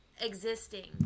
existing